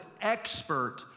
expert